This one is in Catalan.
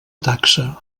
taxa